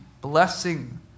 blessing